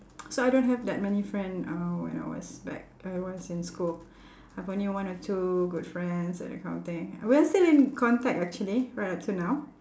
so I don't have that many friend uh when I was back I was in school I've only one or two good friends that kind of thing we are still in contact actually right up to now